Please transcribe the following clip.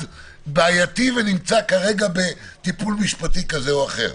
בעייתי ונמצא כרגע בטיפול משפטי כזה או אחר.